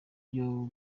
ryo